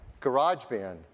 GarageBand